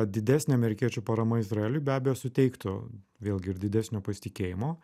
didesnė amerikiečių parama izraeliui be abejo suteiktų vėlgi ir didesnio pasitikėjimo